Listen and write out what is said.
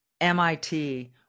MIT